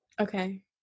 Okay